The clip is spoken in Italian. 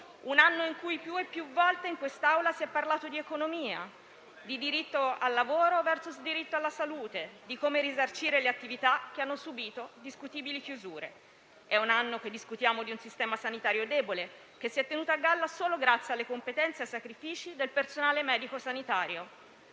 un anno in cui più e più volte in quest'Aula si è parlato di economia, di diritto al lavoro *versus* diritto alla salute e di come risarcire le attività che hanno subito discutibili chiusure. È un anno che discutiamo di un sistema sanitario debole, che si è tenuto a galla solo grazie alle competenze e ai sacrifici del personale medico sanitario.